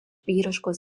vyriškos